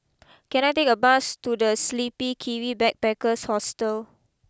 can I take a bus to the Sleepy Kiwi Backpackers Hostel